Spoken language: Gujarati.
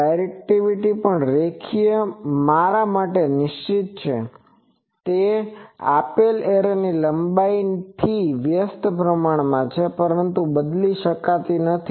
ડાયરેકટીવીટી પણ રેખીય એરે માટે નિશ્ચિત છે તે આપેલ એરેની લંબાઈથી વ્યસ્ત પ્રમાણમાં છે પરંતુ તે બદલી શકાતી નથી